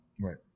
Right